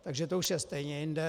Takže to už je stejně jinde.